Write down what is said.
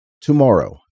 tomorrow